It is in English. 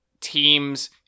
teams